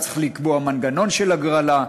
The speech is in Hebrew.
אתה צריך לקבוע מנגנון של הגרלה,